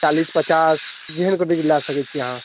चालीस पचास जेहन केटेगरी लऽ सकै छी अहाँ